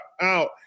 out